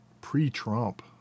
pre-Trump